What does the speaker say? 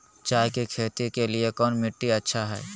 चाय की खेती के लिए कौन मिट्टी अच्छा हाय?